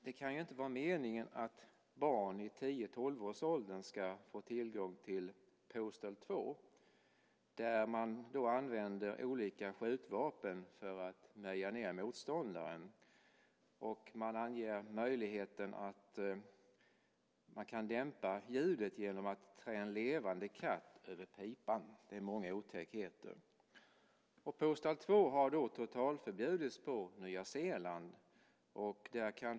Det kan inte vara meningen att barn i tio eller tolvårsåldern ska få tillgång till Postal 2 där man använder olika skjutvapen för att meja ned motståndaren. Där anges möjligheten att dämpa ljudet genom att trä en levande katt över pipan. Det är många otäckheter. Postal 2 har totalförbjudits i Nya Zeeland.